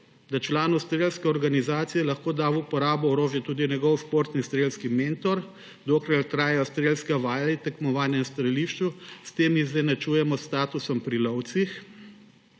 da članu strelske organizacije lahko da orožje v uporabo tudi njegov športni strelski mentor, dokler trajajo strelske vaje in tekmovanja na strelišču; s tem izenačujemo s statusom pri lovcih.